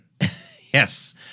Yes